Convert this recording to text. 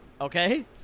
okay